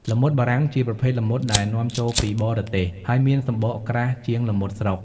ល្មុតបារាំង ជាប្រភេទល្មុតដែលនាំចូលពីបរទេស ហើយមានសំបកក្រាស់ជាងល្មុតស្រុក។